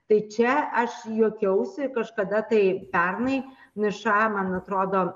tai čia aš juokiausi kažkada tai pernai nša man atrodo